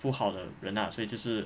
不好的人 lah 所以就是